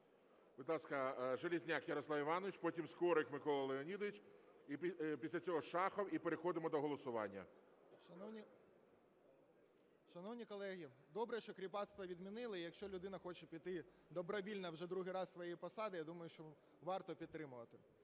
ласка, Железняк Ярослав Іванович, потім Скорик Микола Леонідович, після цього Шахов. І переходимо до голосування. 11:02:02 ЖЕЛЕЗНЯК Я.І. Шановні колеги, добре, що кріпацтво відмінили. Якщо людина хоче піти добровільно вже другий раз зі своєї посади, я думаю, що варто підтримувати.